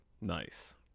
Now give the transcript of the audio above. Nice